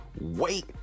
wait